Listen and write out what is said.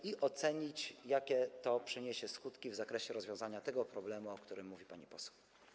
Chcemy ocenić, jakie to przyniesie skutki w zakresie rozwiązania tego problemu, o którym mówi pani poseł.